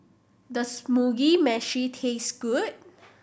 does Mugi Meshi taste good